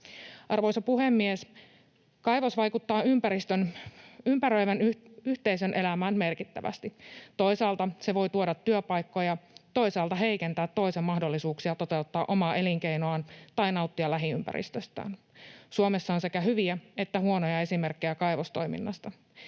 Arvoisa puhemies! Kaivos vaikuttaa ympäröivän yhteisön elämään merkittävästi. Toisaalta se voi tuoda työpaikkoja, toisaalta heikentää mahdollisuuksia toteuttaa omaa elinkeinoa tai nauttia lähiympäristöstä. Suomessa on sekä hyviä että huonoja esimerkkejä kaivostoiminnasta.